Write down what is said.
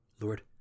Lord